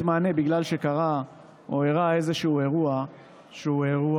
מענה בגלל שקרה או אירע איזשהו אירוע בעייתי.